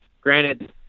granted